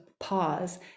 pause